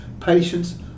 patience